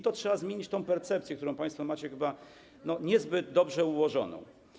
Trzeba zmienić tę percepcję, którą państwo macie chyba niezbyt dobrze ułożoną.